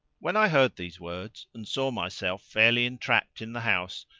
when i heard these words and saw myself fairly entrapped in the house,